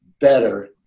better